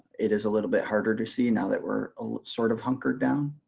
it is a little bit harder to see now that we're sort of hunkered down.